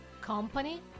company